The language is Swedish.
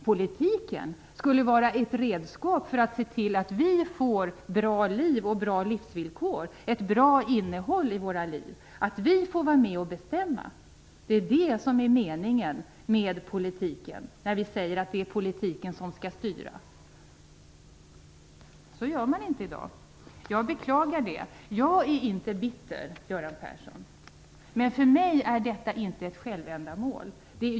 Politiken skulle vara ett redskap för att se till att vi får ett bra liv och bra livsvillkor, ett bra innehåll i våra liv - att vi får vara med och bestämma. Det är det som är meningen med politiken, när vi säger att det är politiken som skall styra. Så gör man inte i dag. Jag beklagar det. Jag är inte bitter, Göran Persson. Men för mig är detta inte ett självändamål.